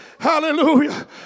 Hallelujah